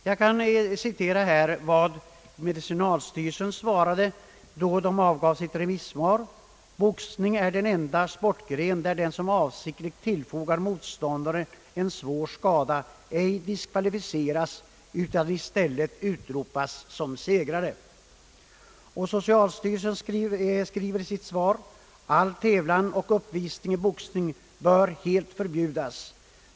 Jag kan citera vad medicinalstyrelsen svarade då den avgav sitt remissyttrande: »Boxning är den enda sportgren där den som avsiktligt tillfogar motståndaren en svår skada ej diskvalificeras utan i stället utropas som segrare.» Socialstyrelsen skriver i sitt svar: »All tävling och uppvisning i boxning bör helt förbjudas.